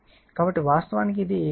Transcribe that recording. కాబట్టి వాస్తవానికి ఇది 0